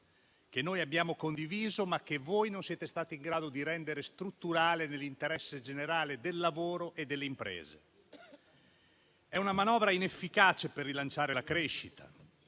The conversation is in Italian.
che noi abbiamo condiviso, ma che voi non siete stati in grado di rendere strutturale nell'interesse generale del lavoro e delle imprese. È una manovra inefficace per rilanciare la crescita.